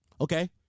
Okay